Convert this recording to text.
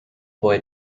boy